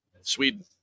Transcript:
Sweden